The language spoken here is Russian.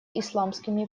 исламскими